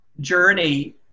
journey